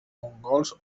mongols